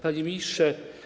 Panie Ministrze!